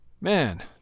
Man